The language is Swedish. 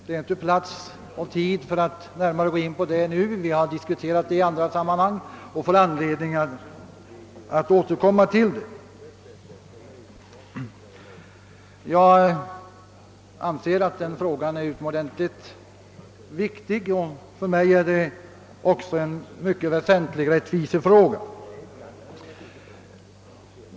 Det är inte rätt plats och tid att nu närmare gå in på det spörsmålet. Vi har diskuterat det i andra sammanhang, och jag får säkert anledning att återkomma. Jag anser emellertid att frågan om folkpensionsåldern är utomordentligt viktig, och för mig är den också en mycket väsentlig rättvisefråga.